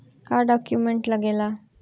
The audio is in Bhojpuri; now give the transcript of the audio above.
का डॉक्यूमेंट लागेला?